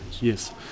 Yes